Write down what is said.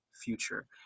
future